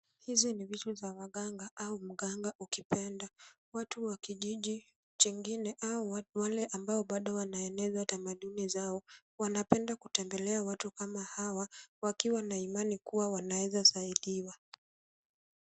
Hizi ni vitu za waganga au mganga ukipenda. Watu wa kijiji chingine au wale ambao wale wanaeneza tamaduni zao wanapenda kutembelea watu hawa wakiwa na imani kuwa wanaeza saidiwa.